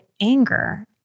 anger